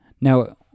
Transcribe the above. Now